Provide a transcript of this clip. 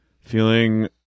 Feeling